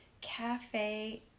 Cafe